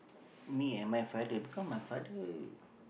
me and my father because my father